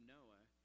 Noah